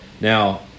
Now